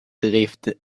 drift